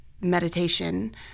meditation